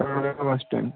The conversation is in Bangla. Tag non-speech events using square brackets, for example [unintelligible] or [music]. [unintelligible] bus stand